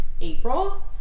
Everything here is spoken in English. April